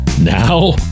now